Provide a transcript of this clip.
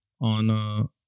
on